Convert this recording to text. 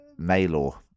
Maylor